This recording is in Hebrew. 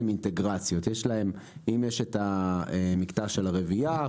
אינטגרציות: אם יש את המקטע של הרביעייה,